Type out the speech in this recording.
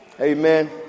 Amen